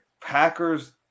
Packers